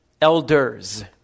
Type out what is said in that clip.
elders